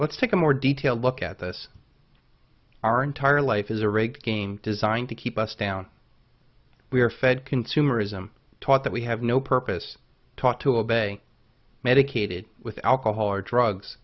let's take a more detailed look at this our entire life is a rigged game designed to keep us down we are fed consumerism taught that we have no purpose taught to obey medicated with alcohol or